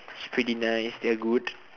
it's pretty nice they are good